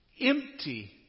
empty